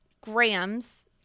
Grams